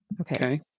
Okay